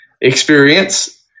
experience